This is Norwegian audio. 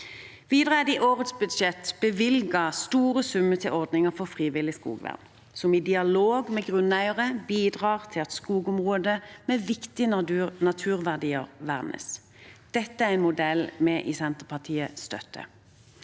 Videre er det i årets budsjett bevilget store summer til ordningen for frivillig skogvern, som i dialog med grunneiere bidrar til at skogområder med viktige naturverdier vernes. Dette er en modell vi i Senterpartiet støtter.